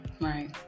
Right